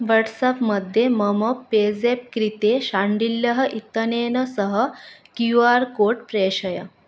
WhatsApp मध्ये मम पेसेप् कृते शाण्डिल्यः इत्यनेन सह क्यू आर् कोड् प्रेषय